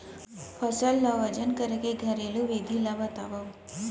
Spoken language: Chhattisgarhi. फसल ला वजन करे के घरेलू विधि ला बतावव?